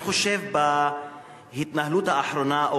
בהתנהלות האחרונה,